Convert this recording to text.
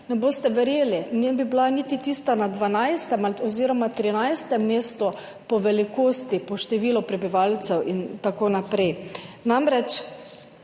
ne boste verjeli, ne bi bila niti tista na 12. oziroma 13. mestu po velikosti, po številu prebivalcev in tako naprej. Glejte,